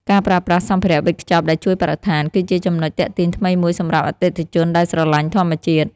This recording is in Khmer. ការប្រើប្រាស់សម្ភារៈវេចខ្ចប់ដែលជួយបរិស្ថាន គឺជាចំណុចទាក់ទាញថ្មីមួយសម្រាប់អតិថិជនដែលស្រឡាញ់ធម្មជាតិ។